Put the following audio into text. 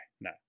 no